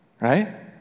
right